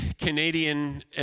Canadian